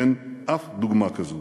אין אף דוגמה כזאת.